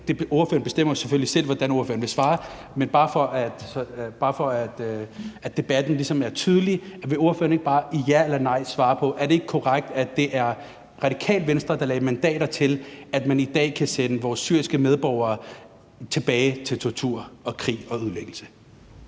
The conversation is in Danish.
Ordføreren bestemmer selvfølgelig selv, hvordan ordføreren vil svare, men vil ordføreren ikke, bare for at debatten ligesom er tydelig, med et ja eller et nej svare på, om det ikke er korrekt, at det var Radikale Venstre, der lagde mandater til, at man i dag kan sende vores syriske medborgere tilbage til tortur, krig og